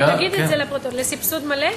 לא, תגיד את זה לפרוטוקול, לסבסוד מלא?